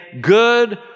good